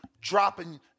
dropping